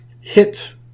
hit